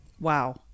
Wow